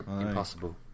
impossible